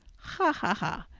ha, ha, ha!